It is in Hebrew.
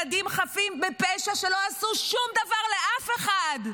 על פגיעה בילדים חפים מפשע שלא עשו שום דבר לאף אחד.